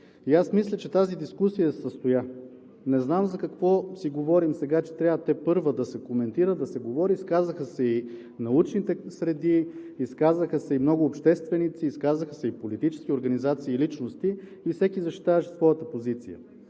Мисля, че тази дискусия се състоя. Не знам за какво си говорим сега, че трябва тепърва да се коментира, да се говори. Изказаха се научните среди, много общественици, и политически организации, и личности и всеки защитаваше своята позиция.